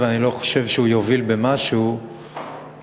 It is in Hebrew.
ואני לא חושב שהוא יוביל במשהו בגיוס,